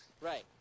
Right